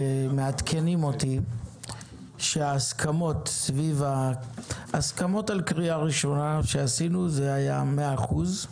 מעדכנים אותי שההסכמות על קריאה ראשונה שעשינו היו ב-100 אחוז,